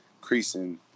creasing